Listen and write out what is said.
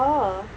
oh